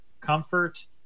comfort